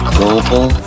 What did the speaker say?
Global